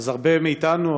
הרבה מאתנו,